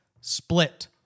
split